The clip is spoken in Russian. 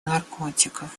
наркотиков